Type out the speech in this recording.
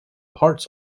parts